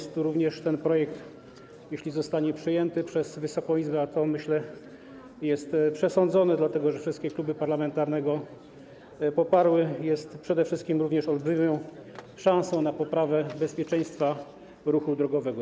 Ten projekt, jeśli zostanie przyjęty przez Wysoką Izbę - a to, myślę, jest przesądzone, dlatego że wszystkie kluby parlamentarne go poparły - jest przede wszystkim również olbrzymią szansą na poprawę bezpieczeństwa ruchu drogowego.